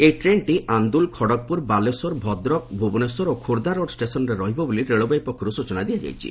ଏହି ଟ୍ରେନ୍ଟି ଆନ୍ଦୁଲ ଖଡ଼ଗପୁର ବାଲେଶ୍ୱର ଭଦ୍ରକ ଭୁବନେଶ୍ୱର ଓ ଖୋର୍ବ୍ବା ରୋଡ୍ ଷ୍ଟେସନ୍ରେ ରହିବ ବୋଲି ରେଳବାଇ ପକ୍ଷରୁ ସୂଚନା ଦିଆଯାଇଛି